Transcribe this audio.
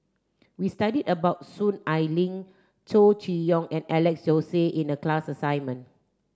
we studied about Soon Ai Ling Chow Chee Yong and Alex Josey in the class assignment